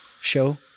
show